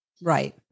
Right